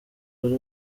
wari